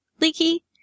Leaky